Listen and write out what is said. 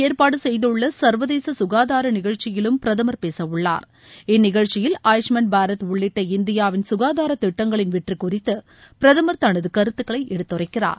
ஏற்பாடு செய்துள்ள சா்வதேச ககாதார நிகழ்ச்சியிலும் பிரதமா் பேச உள்ளாா் இந்நிகழ்ச்சியில் ஆயுஷ்மான் பாரத் உள்ளிட்ட இந்தியாவின் ககாதார திட்டங்களின் வெற்றி குறித்து பிரதம் தனது கருத்துகளை எடுத்துரைக்கிறார்